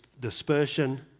dispersion